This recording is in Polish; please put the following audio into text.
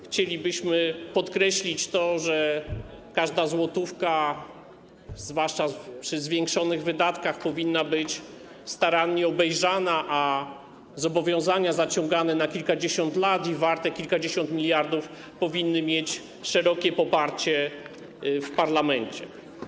Chcielibyśmy podkreślić, że każda złotówka, zwłaszcza przy zwiększonych wydatkach, powinna być starannie obejrzana, a zobowiązania zaciągane na kilkadziesiąt lat i warte kilkadziesiąt miliardów powinny mieć szerokie poparcie w parlamencie.